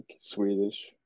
Swedish